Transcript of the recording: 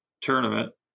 tournament